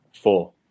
Four